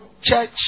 church